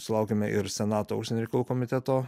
sulaukėme ir senato užsienio reikalų komiteto